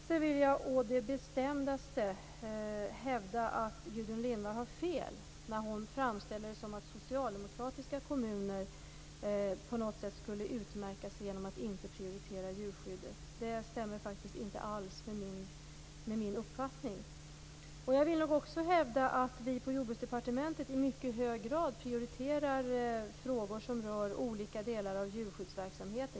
Jag vill å det bestämdaste hävda att Gudrun Lindvall har fel när hon framställer det så att socialdemokratiska kommuner skulle utmärka sig genom att inte prioritera djurskyddet. Det stämmer inte alls med min uppfattning. Jag vill nog också hävda att vi på Jordbruksdepartementet i mycket hög grad prioriterar frågor som rör olika delar av djurskyddsverksamheten.